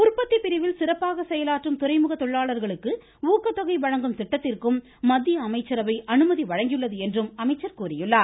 உற்பத்தி பிரிவில் சிறப்பாக செயலாற்றும் துறைமுக தொழிலாளர்களுக்கு ஊக்கத்தொகை வழங்கும் திட்டத்திற்கும் மத்திய அமைச்சரவை அனுமதி வழங்கியுள்ளது என்றும் அவர் கூறியுள்ளார்